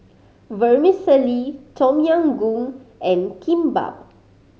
Vermicelli Tom Yam Goong and Kimbap